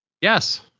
Yes